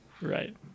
right